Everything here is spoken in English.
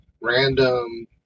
random